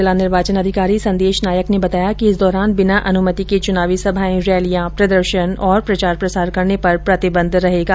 जिला निर्वाचन अधिकारी संदेश नायक ने बताया कि इस दौरान बिना अनुमति के चुनावी सभाएं रैलियां प्रदर्शन प्रचार प्रसार करने पर प्रतिबंध रहेगा